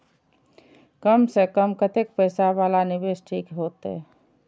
कम से कम कतेक पैसा वाला निवेश ठीक होते?